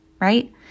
right